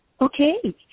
Okay